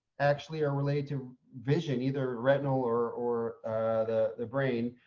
actually are related to vision either retina or or the brain,